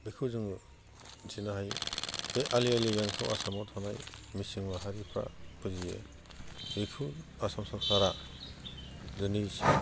बेखौ जोङो मिथिनो हायो बे आलि आइ लिगांखौ आसामाव थानाय मिसिं माहारिफ्रा फुजियो बेखौ आसाम सरखारा दिनैसिम